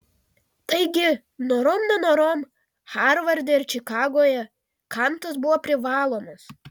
taigi norom nenorom harvarde ir čikagoje kantas buvo privalomas